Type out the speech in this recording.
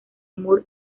moore